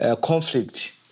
conflict